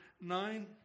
nine